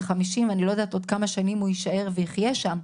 50. אני לא יודעת עוד כמה שנים הוא יישאר ויחיה שם,